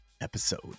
episode